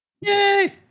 Yay